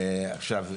עכשיו,